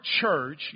church